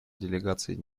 делегацией